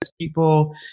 people